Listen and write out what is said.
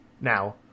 now